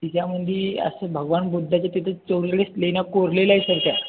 तिच्यामधे असं भगवान बुद्धाच्या तिथं चोवीस लेण्या कोरलेल्या आहेत त्यांच्या